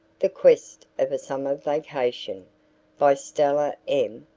the quest of a summer vacation by stella m.